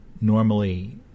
Normally